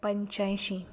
पंचायशीं